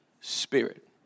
spirit